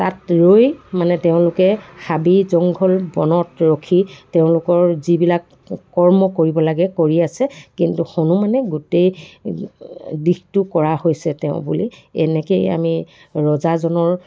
তাত ৰৈ মানে তেওঁলোকে হাবি জংঘল বনত ৰখি তেওঁলোকৰ যিবিলাক কৰ্ম কৰিব লাগে কৰি আছে কিন্তু হনুমানে গোটেই দিশটো কৰা হৈছে তেওঁ বুলি এনেকেই আমি ৰজাজনৰ